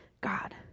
God